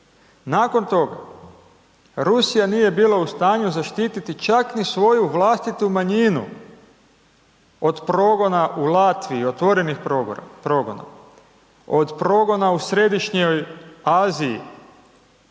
Nakon toga, Rusija nije bila u stanju zaštiti čak ni svoju vlastitu manjinu od progona u Latviji, otvorenih progona, od progona u Središnjoj Aziji